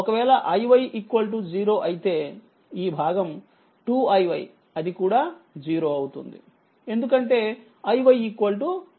ఒకవేళ iy 0అయితే ఈ భాగం 2iy అది కూడా 0 అవుతుంది ఎందుకంటేiy 0